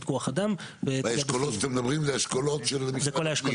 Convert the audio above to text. כוח אדם --- אתם מדברים על אשכולות של משרד הפנים.